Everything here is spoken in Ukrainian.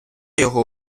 його